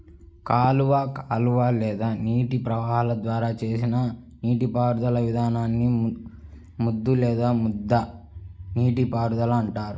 కాలువ కాలువ లేదా నీటి ప్రవాహాల ద్వారా చేసిన నీటిపారుదల విధానాన్ని ముద్దు లేదా ముద్ద నీటిపారుదల అంటారు